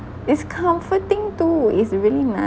it's comforting too it's really